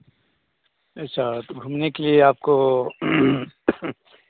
ऐसा तो घूमने के लिये आपको